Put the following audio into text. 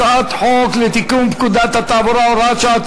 הצעת חוק לתיקון פקודת התעבורה (הוראת שעה),